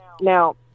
Now